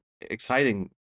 exciting